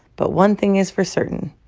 but one thing is for certain.